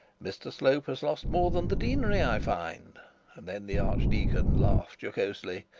mr slope has lost more than the deanery, i find and then the archdeacon laughed jocosely.